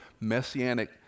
messianic